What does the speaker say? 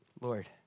Lord